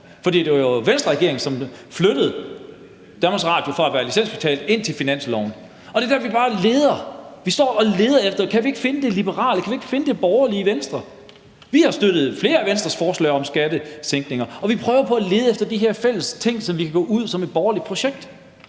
For det var jo Venstreregeringen, som flyttede Danmarks Radio fra at være licensbetalt og ind på finansloven, og det er der, vi bare leder; vi står og leder efter og vil gerne finde det liberale, det borgerlige Venstre. Vi har støttet flere af Venstres forslag om skattesænkninger, og vi prøver på at lede efter de har fælles ting, som vi kan gå ud med som et borgerligt projekt.